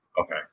Okay